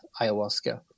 ayahuasca